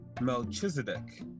Melchizedek